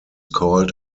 called